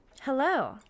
Hello